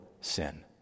sin